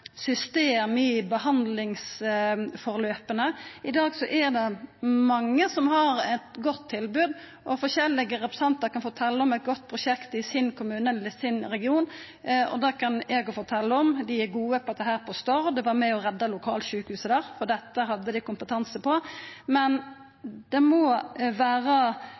system i behandlingsforløpa. I dag er det mange som har eit godt tilbod, og forskjellige representantar kan fortelja om eit godt prosjekt i sin kommune eller i sin region, og det kan eg òg fortelja om. Dei er gode på dette på Stord, det var med og redda lokalsjukehuset der, for dette hadde dei kompetanse på, men det må vera